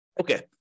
Okay